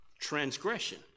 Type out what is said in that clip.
transgression